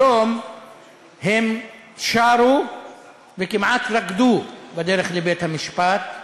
היום הם שרו וכמעט רקדו בדרך לבית-המשפט.